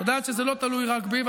את יודעת שזה לא תלוי רק בי,